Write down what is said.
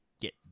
get